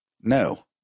No